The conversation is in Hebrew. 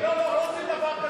לא, לא עושים דבר כזה.